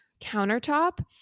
countertop